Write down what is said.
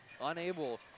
unable